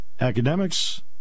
academics